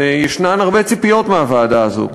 ויש הרבה ציפיות מהוועדה הזאת,